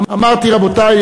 אמרתי: רבותי,